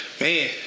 Man